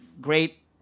great